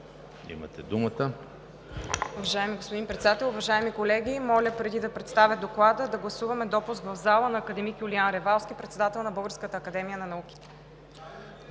имате думата.